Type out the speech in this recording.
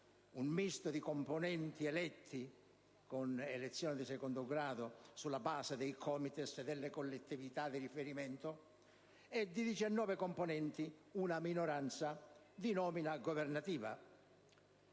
dei componenti eletti con elezioni di secondo grado, sulla base dei COMITES e delle collettività di riferimento, e di 19 componenti, una minoranza, di nomina governativa.